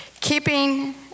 keeping